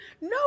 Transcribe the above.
no